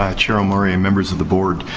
ah chair omari and members of the board,